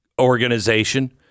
organization